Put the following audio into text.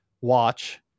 watch